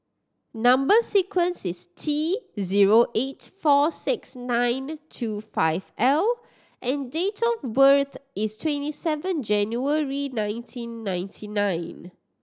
number sequence is T zero eight four six nine two five L and date of birth is twenty seven January nineteen ninety nine